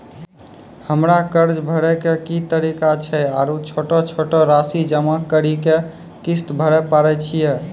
हमरा कर्ज भरे के की तरीका छै आरू छोटो छोटो रासि जमा करि के किस्त भरे पारे छियै?